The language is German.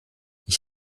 ich